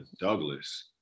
Douglas